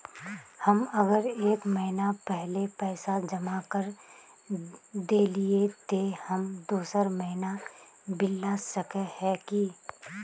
हम अगर एक महीना पहले पैसा जमा कर देलिये ते हम दोसर महीना बिल ला सके है की?